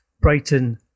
Brighton